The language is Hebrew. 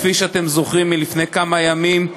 כפי שאתם זוכרים מלפני כמה ימים,